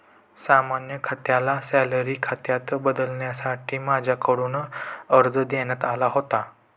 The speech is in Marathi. सामान्य खात्याला सॅलरी खात्यात बदलण्यासाठी माझ्याकडून अर्ज देण्यात आला होता